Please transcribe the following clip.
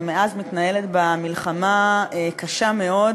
ומאז מתנהלת בה מלחמה קשה מאוד,